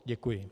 Děkuji.